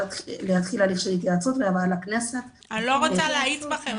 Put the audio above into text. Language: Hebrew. להתחיל הליך של התייעצות והעברה לכנסת --- אני לא רוצה להאיץ בכם,